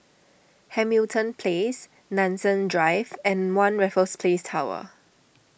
Hamilton Place Nanson Drive and one Raffles Place Tower